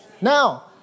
Now